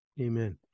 Amen